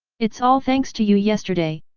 it's all thanks to you yesterday,